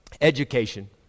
Education